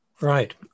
Right